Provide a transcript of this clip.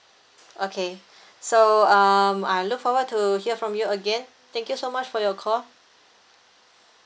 okay so um I look forward to hear from you again thank you so much for your call